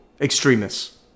extremists